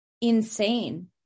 insane